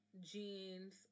jeans